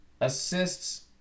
assists